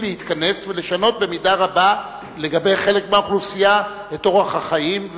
להתכנס ולשנות במידה רבה לגבי חלק מהאוכלוסייה את אורח החיים,